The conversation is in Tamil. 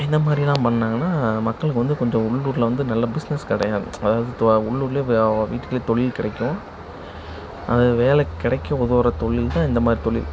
இந்த மாதிரியெல்லாம் பண்ணிணாங்கன்னா மக்களுக்கு வந்து கொஞ்சம் உள்ளூரில் வந்து நல்ல பிசினஸ் கிடையாது அதாவது உள்ளூர்லேயே வீட்லேயே தொழில் கிடைக்கும் அது வேலை கிடைக்க உதவுகிற தொழில் தான் இந்த மாதிரி தொழில்